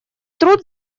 труд